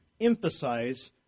emphasize